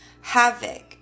havoc